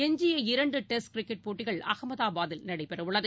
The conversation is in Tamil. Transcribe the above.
எஞ்சிய இரண்டுடெஸ்ட் கிரிக்கெட் போட்டிகள் அஹமதாபாதில் நடைபெறவுள்ளது